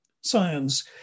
science